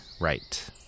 right